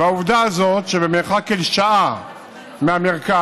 והעובדה הזאת, שבמרחק של שעה מהמרכז,